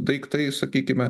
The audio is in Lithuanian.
daiktais sakykime